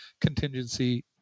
contingency